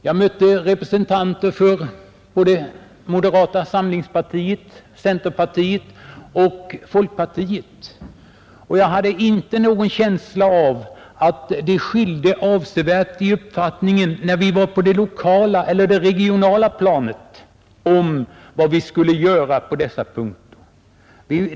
Jag mötte representanter för både moderata samlingspartiet, centerpartiet och folkpartiet, och jag hade inte någon känsla av att det skilde avsevärt i uppfattningen, när vi var på det lokala eller det regionala planet, om vad vi skulle göra på dessa punkter.